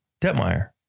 Detmeyer